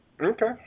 Okay